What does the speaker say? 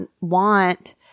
want